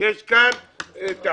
יש כאן טעות.